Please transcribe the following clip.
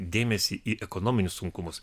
dėmesį į ekonominius sunkumus